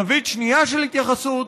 זווית שנייה של התייחסות,